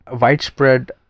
widespread